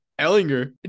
Ellinger